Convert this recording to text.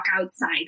outside